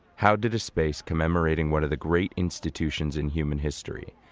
how did the space commemorating one of the great institutions in human history,